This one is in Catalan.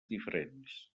diferents